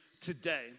today